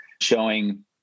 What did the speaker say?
showing